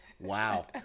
Wow